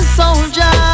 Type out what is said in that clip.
soldier